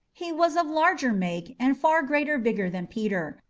he was of larger make and far greater vigour than peter,